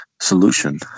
solution